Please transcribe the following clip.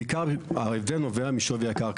ההבדל נובע משווי הקרקע.